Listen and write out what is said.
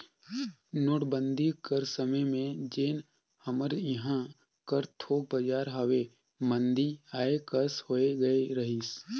नोटबंदी कर समे में जेन हमर इहां कर थोक बजार हवे मंदी आए कस होए गए रहिस